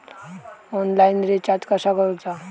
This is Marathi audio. ऑनलाइन रिचार्ज कसा करूचा?